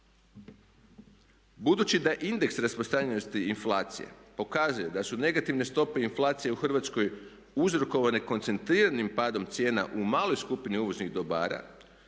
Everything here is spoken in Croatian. Budući da indeks rasprostranjenosti inflacije pokazuje da su negativne stope inflacije u Hrvatskoj uzrokovane koncentriranim padom cijena u maloj skupini uvoznih dobara